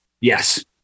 yes